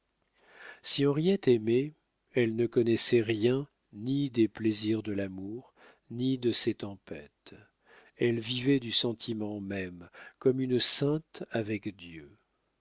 si henriette aimait elle ne connaissait rien ni des plaisirs de l'amour ni de ses tempêtes elle vivait du sentiment même comme une sainte avec dieu